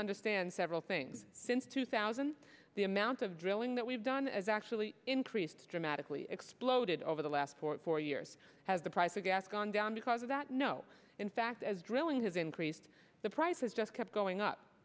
understand several things since two thousand the amount of drilling that we've done is actually increased dramatically exploded over the last four years has the price of gas gone down because of that no in fact as drilling has increased the prices just kept going up